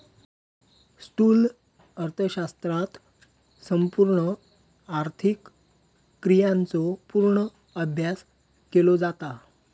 स्थूल अर्थशास्त्रात संपूर्ण आर्थिक क्रियांचो पूर्ण अभ्यास केलो जाता